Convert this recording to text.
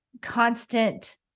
constant